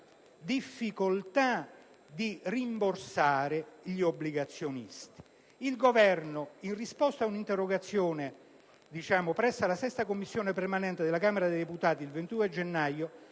difficoltà di rimborsare gli obbligazionisti. Il Governo, in risposta ad un'interrogazione presentata presso la 6a Commissione permanente della Camera dei deputati, il 22 gennaio